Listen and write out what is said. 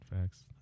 Facts